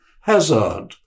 hazard